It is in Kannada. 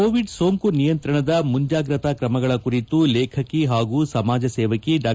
ಕೋವಿಡ್ ಸೋಂಕು ನಿಯಂತ್ರಣದ ಮುಂಜಾಗ್ರತಾ ಕ್ರಮಗಳ ಕುರಿತು ಲೇಖಕಿ ಹಾಗೂ ಸಮಾಜಸೇವಕಿ ಡಾ